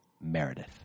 Meredith